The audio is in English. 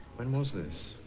when was this?